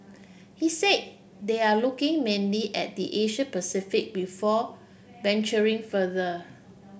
he said they are looking mainly at the Asia Pacific before venturing further